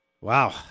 Wow